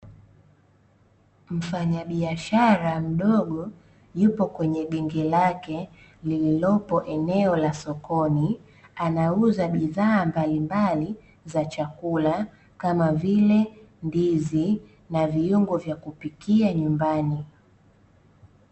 Mfanyabiashara mdogo yupo kwenye genge lake, lililopo eneo la sokoni anauza bidhaa mbalimbali za chakula kama vile ndizi na viungo vya kupikia nyumbani.